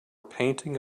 painting